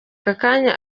kanya